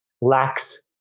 lacks